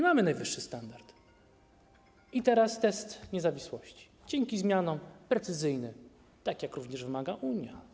Mamy najwyższy standard i teraz test niezawisłości, dzięki zmianom precyzyjny, tak jak tego również wymaga Unia.